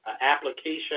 application